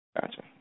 Gotcha